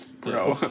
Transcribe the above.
bro